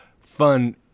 fun